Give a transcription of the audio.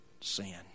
sin